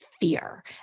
fear